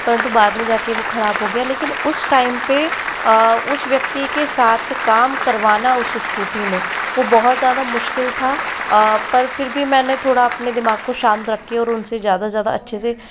परंतु बाद में जाकर वह ख़राब हो गया लेकिन उस टाइम पर उस व्यक्ति के साथ काम करवाना उस स्कूटी में वो बहुत ज़्यादा मुश्किल था पर फिर भी मैंने थोड़ा अपने दिमाग को शांत रखके और उनसे ज़्यादा से ज़्यादा अच्छे से